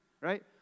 right